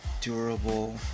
durable